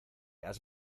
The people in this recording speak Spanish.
has